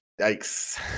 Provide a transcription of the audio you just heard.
Yikes